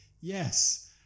yes